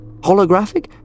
Holographic